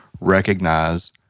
recognize